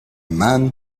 man